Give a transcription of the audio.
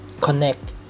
connect